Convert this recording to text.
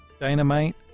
Dynamite